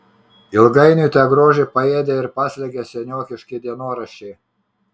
ilgainiui tą grožį paėdė ir paslėgė seniokiški dienoraščiai